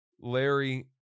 Larry